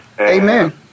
Amen